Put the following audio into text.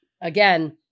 again